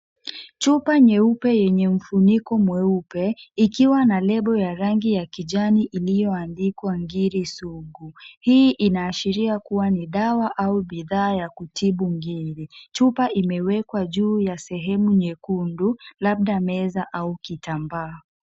Chupa nyeupe yenye mfuniko mweupe, ikiwa na lebo ya rangi ya kijani iliyoandikwa Ngiri Sugu. Hii inaashiria ni dawa au bidhaa ya kutibu Ngiri. Chupa imewekwa juu ya sehemu nyekundu, labda meza au kitambaa.